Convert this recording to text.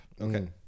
okay